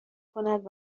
کند